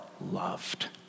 loved